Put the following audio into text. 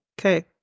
Okay